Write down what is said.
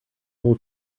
whole